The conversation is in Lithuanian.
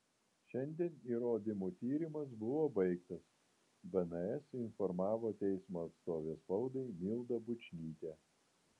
šiandien įrodymų tyrimas buvo baigtas bns informavo teismo atstovė spaudai milda bučnytė